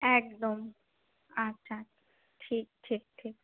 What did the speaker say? একদম আচ্ছা আচ্ছা ঠিক ঠিক ঠিক